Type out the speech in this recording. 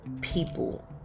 people